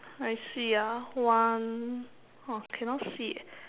I see ah one !wah! cannot see eh